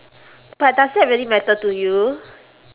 but does that really matter to you